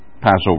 Passover